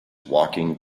walking